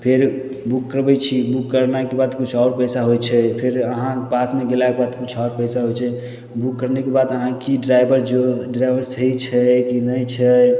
फेर बुक करबै छी बुक करनाइके बाद किछु आओर पइसा होइ छै फेर अहाँके पासमे गेलाके बाद किछु आओर पइसा होइ छै बुक करऽके बाद अहाँके ड्राइवर ओ ड्राइवर सही छै कि नहि छै